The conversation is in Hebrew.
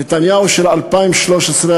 נתניהו של 2013,